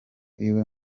iwe